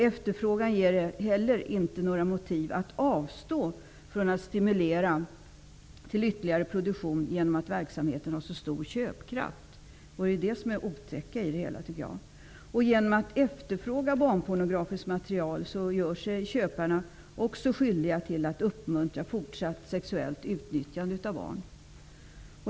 Efterfrågan ger inte heller några motiv för att avstå från att stimulera till ytterligare produktion, genom att verksamheten har så stor köpkraft. Det är det som är det otäcka. Genom att efterfråga barnpornografiskt material gör sig köparna också skyldiga till uppmuntran av fortsatt sexuellt utnyttjande av barn.